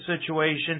situation